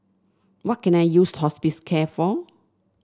what can I use Hospicare for